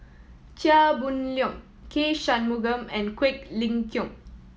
Chia Boon Leong K Shanmugam and Quek Ling Kiong